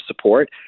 support